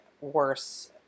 worse